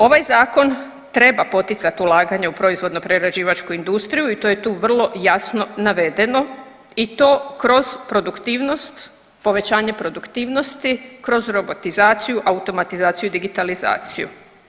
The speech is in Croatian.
Ovaj zakon treba poticati ulaganja u proizvodno-prerađivačku industriju i to je tu vrlo jasno navedeno i to kroz produktivnost, povećanje produktivnosti, kroz robotizaciju, automatizaciju i digitalizaciju.